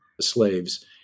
slaves